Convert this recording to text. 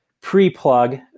pre-plug